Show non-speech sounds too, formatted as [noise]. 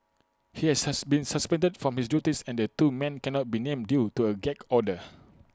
he has [unintelligible] been suspended from his duties and the two men cannot be named due to A gag order